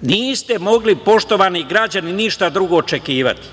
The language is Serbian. niste mogli, poštovani građani, ništa drugo očekivati.